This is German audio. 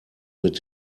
mit